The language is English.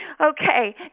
okay